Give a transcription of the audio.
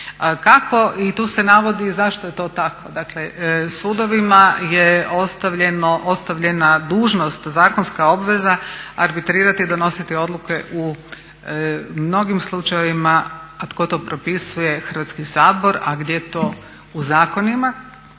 kako i tu se navodi zašto je to tako, dakle sudovima je ostavljena dužnost, zakonska obveza arbitrirati i donositi odluke u mnogim slučajevima. A tko to propisuje? Hrvatski sabor. A gdje to u zakonima?